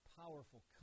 powerful